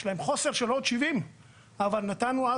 יש להם חוסר של עוד 70. אבל אז בזמנו,